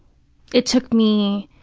it took me,